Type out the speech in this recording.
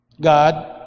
God